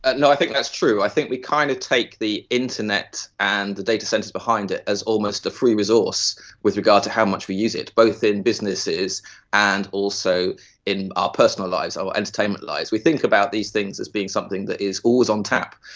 ah no, i think that's true, i think we kind of take the internet and the datacentres behind it as almost a free resource with regard to how much we use it, both in businesses and also in our personal lives, our entertainment lives. we think about these things as being something that is always on tap.